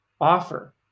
offer